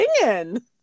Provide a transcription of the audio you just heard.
singing